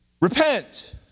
Repent